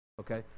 Okay